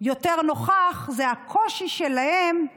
יותר נוכח זה הוא שהקושי שלהן הוא